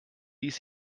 ließ